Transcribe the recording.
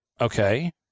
Okay